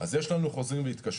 אז יש לנו חוזים והתקשרויות.